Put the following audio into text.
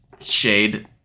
Shade